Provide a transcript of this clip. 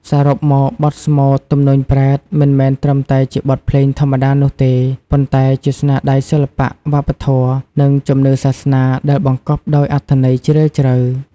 សរុបមក បទស្មូត ទំនួញប្រេត មិនមែនត្រឹមតែជាបទភ្លេងធម្មតានោះទេ ប៉ុន្តែជាស្នាដៃសិល្បៈវប្បធម៌ និងជំនឿសាសនាដែលបង្កប់ដោយអត្ថន័យជ្រាលជ្រៅ។